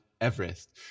Everest